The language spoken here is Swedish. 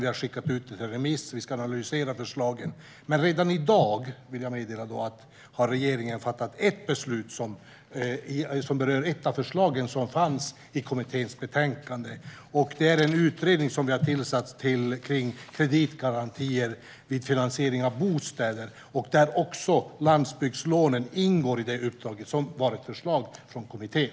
Vi har skickat ut betänkandet på remiss. Vi ska analysera förslagen. Men redan i dag, vill jag meddela, har regeringen fattat ett beslut som berör ett av förslagen i kommitténs betänkande. Det är en utredning som vi har tillsatt av kreditgarantier vid finansiering av bostäder. Även landsbygdslånen ingår i det uppdraget, som var ett förslag från kommittén.